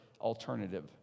alternative